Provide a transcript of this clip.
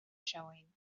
showing